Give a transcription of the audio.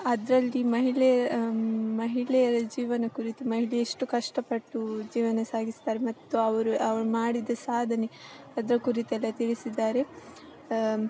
ಅದರಲ್ಲಿ ಮಹಿಳೆ ಮಹಿಳೆಯರ ಜೀವನ ಕುರಿತು ಮಹಿಳೆ ಎಷ್ಟು ಕಷ್ಟಪಟ್ಟು ಜೀವನ ಸಾಗಿಸ್ತಾರೆ ಮತ್ತು ಅವರು ಅವ್ರು ಮಾಡಿದ ಸಾಧನೆ ಅದರ ಕುರಿತೆಲ್ಲ ತಿಳಿಸಿದ್ದಾರೆ